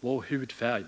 vår hudfärg.